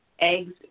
eggs